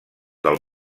del